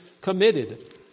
committed